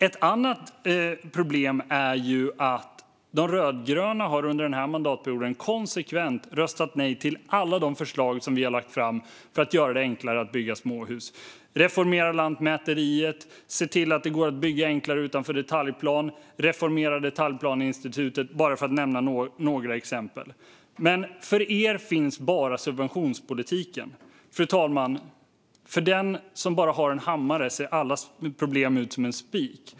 Ett annat problem är att under den här mandatperioden har de rödgröna konsekvent röstat nej till alla de förslag som vi har lagt fram för att göra det enklare bygga småhus. Det har handlat om att reformera lantmäteriet, se till att det går att bygga enklare utanför detaljplan och att reformera detaljplaneinstitutet, bara för att nämna några exempel. Men för er finns bara subventionspolitiken. Fru talman! För den som bara har hammare ser alla problem ut som en spik.